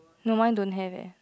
no mine don't have leh